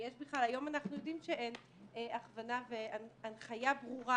היום אנחנו יודעים שאין הכוונה והנחיה ברורה